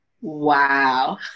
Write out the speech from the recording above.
Wow